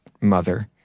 mother